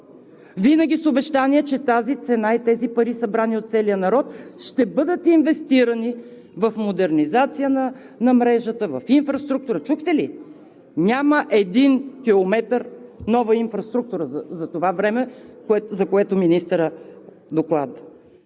Винаги с обещание, че тази цена и тези пари, събрани от целия народ, ще бъдат инвестирани в модернизация на мрежата, в инфраструктура. Чухте ли? Няма един километър нова инфраструктура за това време, за което министърът докладва.